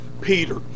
Peter